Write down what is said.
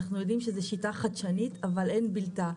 אנחנו יודעים שזו שיטה חדשנית אבל אין בלתה.